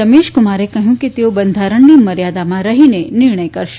રમેશકુમારે કહ્યું કે તેઓ બંધારણની મર્યાદામાં રહીને નિર્ણય કરશે